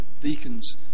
deacons